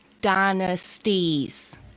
dynasties